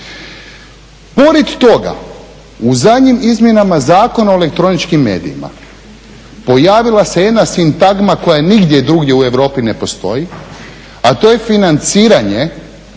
Pored toga u zadnjim izmjenama Zakona o elektroničkim medijima pojavila se jedna sintagma koja nigdje drugdje u Europi ne postoji, a to je financiranje